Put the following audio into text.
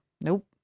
nope